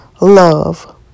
love